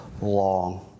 long